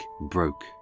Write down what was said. broke